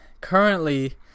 currently